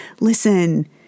Listen